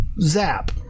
Zap